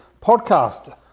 podcast